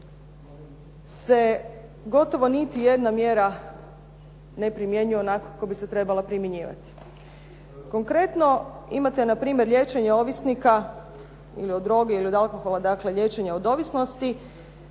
se gotovo niti jedna mjera ne primjenjuje onako kako bi se trebala primjenjivati. Konkretno imate npr. liječenje ovisnika ili o drogi ili od alkohola, dakle liječenja od ovisnosti